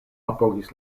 apogis